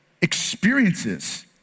experiences